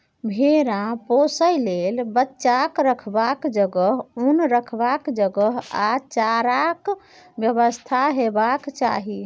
भेरा पोसय लेल बच्चाक रखबाक जगह, उन रखबाक जगह आ चाराक बेबस्था हेबाक चाही